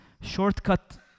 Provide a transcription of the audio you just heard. shortcut